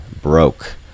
broke